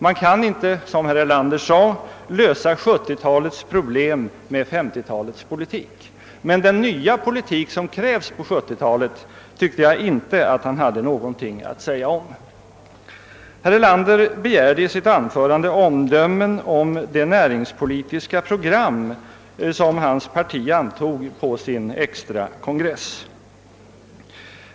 Man kan inte — som herr Erlander mycket riktigt sade — lösa 1970 talets problem med 1950-talets politiska metoder, men den nya politik som krävs på 1970-talet hade han ingenting att säga om. Herr Erlander begärde i sitt anförande omdömen om det näringspolitiska program som hans parti antog på sin extrakongress.